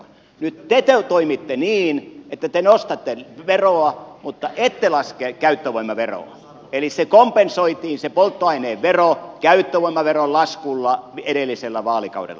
nyt te toimitte niin että te nostatte veroa mutta ette laske käyttövoimaveroa eli se kompensoitiin se polttoaineen vero käyttövoimaveron laskulla edellisellä vaalikaudella